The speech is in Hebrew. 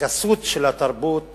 הגסות של התרבות